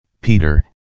Peter